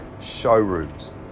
showrooms